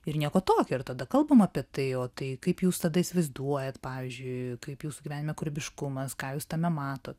ir nieko tokio ir tada kalbame apie tai o tai kaip jūs tada įsivaizduojat pavyzdžiui kaip jūsų gyvenime kūrybiškumas ką jūs tame matot